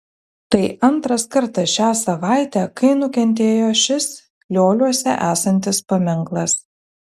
tai antras kartas šią savaitę kai nukentėjo šis lioliuose esantis paminklas